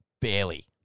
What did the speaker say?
barely